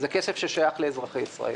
זה כסף ששייך לאזרחי ישראל.